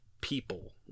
people